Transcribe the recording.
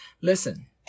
Listen